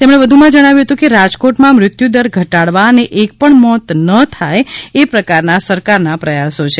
તેમણે વધુમાં જણાવ્યુ હતુ કે રાજકોટમાં મૃત્યુદર ઘટાડવા અને એકપણ મોત ન થાયે એ પ્રકારના સરકારના પ્રયાસો છે